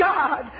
God